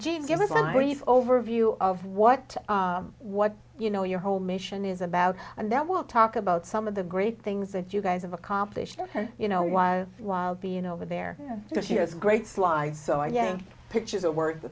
gene give us an overview of what what you know your whole mission is about and that we'll talk about some of the great things that you guys have accomplished you know while while being over there because she has great slide so i yeah pictures are worth a